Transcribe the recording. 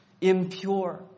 impure